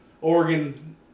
Oregon